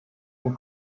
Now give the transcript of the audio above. von